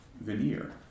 veneer